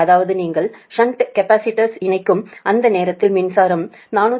அதாவது நீங்கள் shunt capacitors இணைக்கும் அந்த நேரத்தில் மின்சாரம் 477